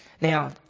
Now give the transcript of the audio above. Now